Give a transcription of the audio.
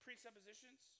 Presuppositions